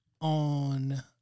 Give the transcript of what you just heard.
on